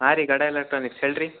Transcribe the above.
ಹಾಂ ರೀ ಗರ್ಡ ಎಲೆಕ್ಟ್ರಾನಿಕ್ಸ್ ಹೇಳ್ರಿ